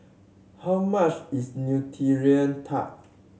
how much is Nutella Tart